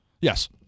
Yes